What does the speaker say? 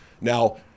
Now